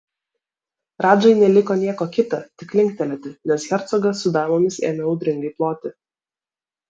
radžai neliko nieko kita tik linktelėti nes hercogas su damomis ėmė audringai ploti